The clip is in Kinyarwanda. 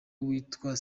witwa